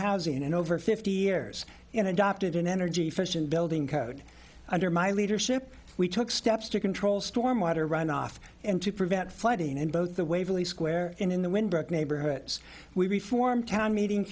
housing in over fifty years and adopted an energy efficient building code under my leadership we took steps to control storm water runoff and to prevent flooding in both the waverly square and in the windbreak neighborhoods we reform town meeting